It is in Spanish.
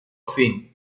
fin